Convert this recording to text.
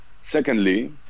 Secondly